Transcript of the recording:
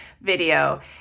video